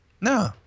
No